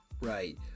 Right